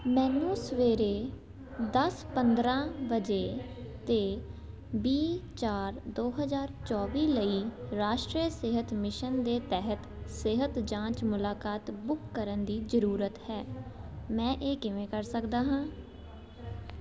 ਮੈਨੂੰ ਸਵੇਰੇ ਦਸ ਪੰਦਰ੍ਹਾਂ ਵਜੇ 'ਤੇ ਵੀਹ ਚਾਰ ਦੋ ਹਜ਼ਾਰ ਚੌਵੀ ਲਈ ਰਾਸ਼ਟਰੀਯ ਸਿਹਤ ਮਿਸ਼ਨ ਦੇ ਤਹਿਤ ਸਿਹਤ ਜਾਂਚ ਮੁਲਾਕਾਤ ਬੁੱਕ ਕਰਨ ਦੀ ਜ਼ਰੂਰਤ ਹੈ ਮੈਂ ਇਹ ਕਿਵੇਂ ਕਰ ਸਕਦਾ ਹਾਂ